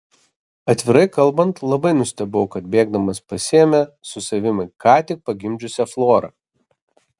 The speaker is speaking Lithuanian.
atvirai kalbant labai nustebau kad bėgdamas pasiėmė su savimi ką tik pagimdžiusią florą